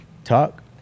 Talk